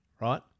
right